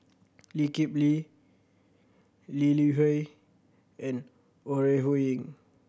Lee Kip Lee Lee Li Hui and Ore Huiying